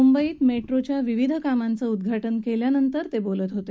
मुंबईत मेट्रोच्या विविध कामांचं उद्घाटन केल्यानंतर ते बोलत होते